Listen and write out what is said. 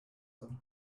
there